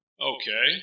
Okay